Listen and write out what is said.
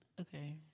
okay